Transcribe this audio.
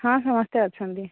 ହଁ ସମସ୍ତେ ଅଛନ୍ତି